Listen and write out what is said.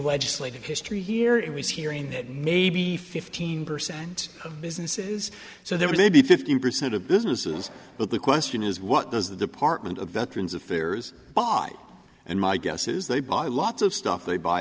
legislative history here it was hearing that maybe fifteen percent of businesses so there were maybe fifteen percent of businesses but the question is what does the department of veterans affairs buy and my guess is they buy lots of stuff they buy